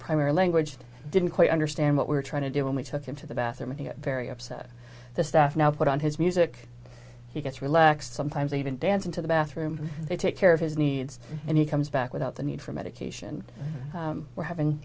primary language didn't quite understand what we're trying to do and we took him to the bathroom and he got very upset the staff now put on his music he gets relaxed sometimes even dancing to the bathroom they take care of his needs and he comes back without the need for medication